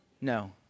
No